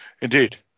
Indeed